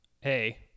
hey